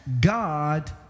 God